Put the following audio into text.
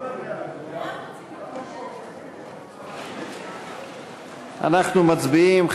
אנחנו מצביעים.